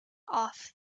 off